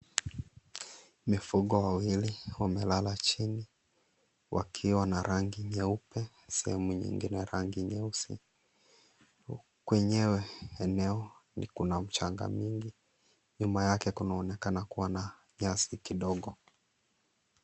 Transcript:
Mifugo wawili wamelala chini, wakiwa na rangi nyeupe, sehemu nyingine rangi nyeusi. Kwenyewe eneo iko na mchanga nyingi. Nyuma yake, kunaonekana kuwa na nyasi kidogo.